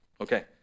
okay